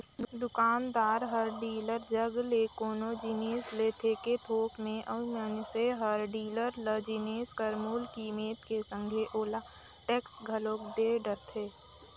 दुकानदार हर डीलर जग ले कोनो जिनिस ले लेथे थोक में अउ मइनसे हर डीलर ल जिनिस कर मूल कीमेत के संघे ओला टेक्स घलोक दे डरथे